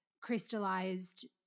crystallized